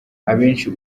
abenshi